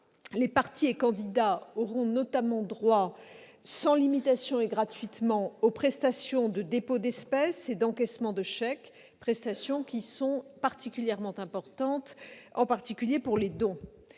Les partis et candidats auront notamment droit, sans limitation et gratuitement, aux prestations de dépôt d'espèces et d'encaissement de chèques, prestations particulièrement importantes, en particulier pour les dons.